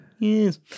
Yes